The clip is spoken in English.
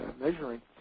measuring